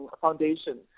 Foundation